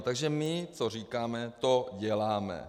Takže my co říkáme, to děláme.